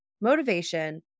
Motivation